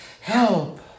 help